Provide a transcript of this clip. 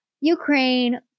Ukraine